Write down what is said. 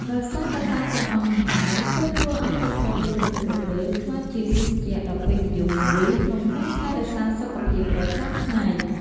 ដោយសារកត្តាទាំងអស់នេះហើយ ទើបធ្វើឲ្យទឹកប្រទាលកន្ទុយក្រពើក្លាយជាភេសជ្ជៈដ៏ពេញនិយមមួយក្នុងការថែរក្សាសុខភាពប្រចាំថ្ងៃ។